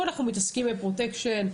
פה אנחנו מתעסקים בפרוטקשן,